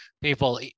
people